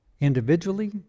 Individually